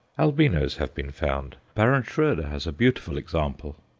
albinos have been found baron schroeder has a beautiful example.